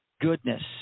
goodness